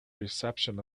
reception